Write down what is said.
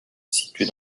située